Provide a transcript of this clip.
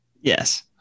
yes